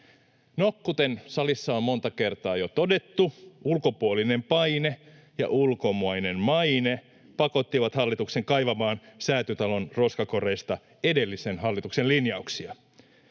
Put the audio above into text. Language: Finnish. No, kuten salissa on monta kertaa jo todettu, ulkopuolinen paine ja ulkomainen maine pakottivat hallituksen kaivamaan Säätytalon roskakoreista edellisen hallituksen linjauksia.